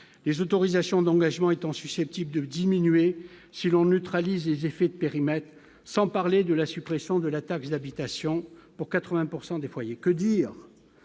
les autorisations d'engagement étant susceptibles de diminuer si l'on neutralise les effets de périmètres, sans parler de la suppression de la taxe d'habitation pour 80 pourcent des foyers, que dire